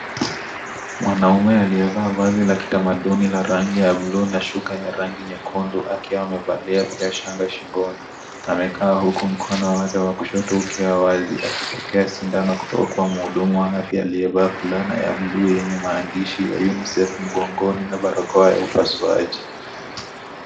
Mwanaume aliyevaa vazi la kitamaduni la rangi buluu na shuka ya rangi nyekundu akiwa amevalia pia shanga shingoni, amekaa huku mkono wake wa kushoto ukiwa wazi akipokea sindano kutoka kwa mhudumu wa afya aliyevaa fulana ya buluu yenye maandishi ya (cs)Unicef(cs) mgongoni na barakoa ya upasuaji.